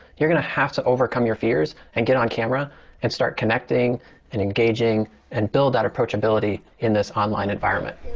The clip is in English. you're going to have to overcome your fears and get on camera and start connecting and engaging and build out approachability in this online environment.